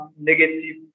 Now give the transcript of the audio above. negative